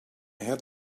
had